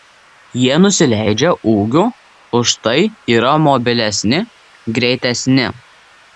jie nusileidžia ūgiu užtai yra mobilesni greitesni